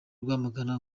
rwamagana